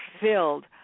filled